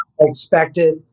Expected